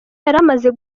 yaramaze